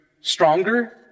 stronger